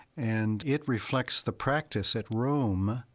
and it reflects the practice at rome.